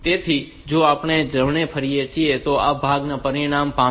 તેથી જો આપણે જમણે ફેરવીએ તો આ ભાગ આ પરિણામ પામશે